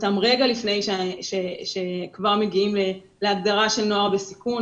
אותם רגע לפני שכבר מגיעים להגדרה של נוער בסיכון.